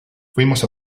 fuimos